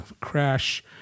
crash